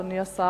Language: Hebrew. אדוני השר,